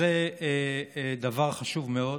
וזה דבר חשוב מאוד.